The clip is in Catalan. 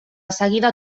seguida